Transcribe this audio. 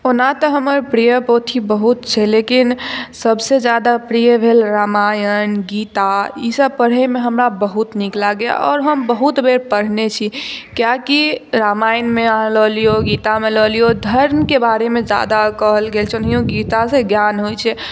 ओना त हमर प्रिय पोथी बहुत छै लेकिन सबसॅं जादा प्रिय भेल रामायण गीता ई सब पढ़ै मे हमरा बहुत नीक लागैया आओर हम बहुत बेर पढ़ने छी कियाकि रामायण मे अहाँ लऽ लियौ गीता मे लऽ लियौ धर्म के बारे मे जादा कहल गेल छै ओनाहियो गीता सऽ ज्ञान होइ छै